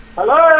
Hello